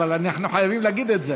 אבל אנחנו חייבים להגיד את זה.